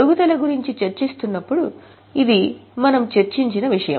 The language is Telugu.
తరుగుదల గురించి చర్చిస్తున్నప్పుడు ఇది మనము చర్చిస్తున్న విషయం